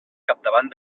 capdavant